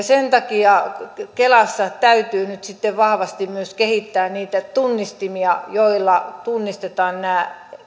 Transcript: sen takia kelassa täytyy nyt sitten vahvasti myös kehittää niitä tunnistimia joilla tunnistetaan nämä